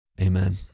Amen